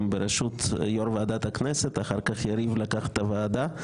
בראשות יו"ר ועדת הכנסת ואחר-כך יריב לקח את הוועדה.